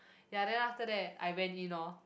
ya then after that I went in orh